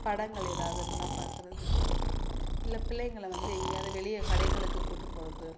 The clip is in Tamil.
படங்கள் ஏதாவது இருந்தால் பார்க்குறது இல்லை பிள்ளைங்களை வந்து எங்கேயாது வெளியே கடைகளுக்கு கூட்டி போவது